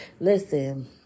Listen